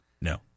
No